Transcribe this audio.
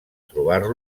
trobar